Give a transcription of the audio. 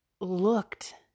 looked